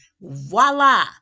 voila